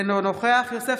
אינו נוכח יוסף